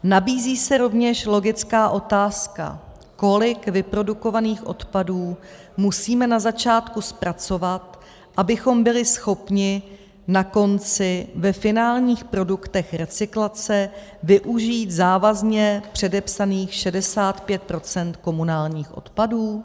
Nabízí se rovněž logická otázka: Kolik vyprodukovaných odpadů musíme na začátku zpracovat, abychom byli schopni na konci ve finálních produktech recyklace využít závazně předepsaných 65 % komunálních odpadů?